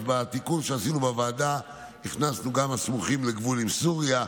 אז בתיקון שעשינו בוועדה הכנסנו גם את הסמוכים לגבול עם סוריה,